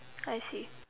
I see